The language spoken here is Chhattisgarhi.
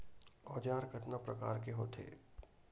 औजार कतना प्रकार के होथे?